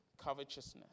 covetousness